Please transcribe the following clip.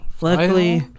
Luckily